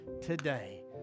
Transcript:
today